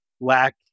lack